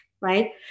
right